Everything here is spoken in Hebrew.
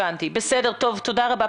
תודה רבה,